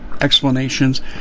explanations